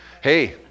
Hey